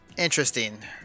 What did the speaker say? interesting